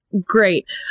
Great